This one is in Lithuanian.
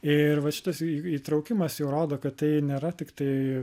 ir va šitas į į įtraukimas jau rodo kad tai nėra tiktai